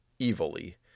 evilly